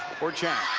horchak,